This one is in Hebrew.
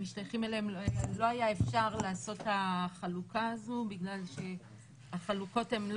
משתייכים אליהם לא היה אפשר לעשות את החלוקה הזאת בגלל שהחלוקות לא